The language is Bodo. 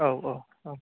औ औ औ